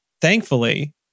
Thankfully